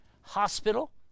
hospital